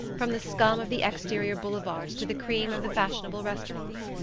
from the scum of the exterior boulevards to the cream of the fashionable restaurants.